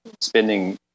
spending